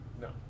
No